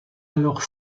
alors